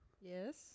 Yes